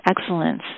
excellence